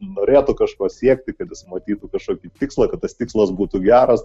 norėtų kažko siekti kad jis matytų kažkokį tikslą kad tas tikslas būtų geras